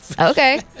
Okay